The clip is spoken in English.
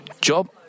Job